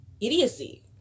idiocy